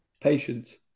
patience